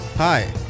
Hi